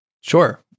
Sure